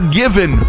given